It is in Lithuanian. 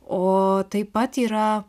o taip pat yra